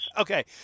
Okay